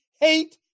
hate